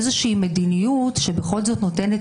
איזושהי מדיניות שבכל זאת נותנת